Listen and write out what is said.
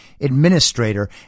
administrator